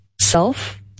self